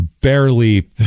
barely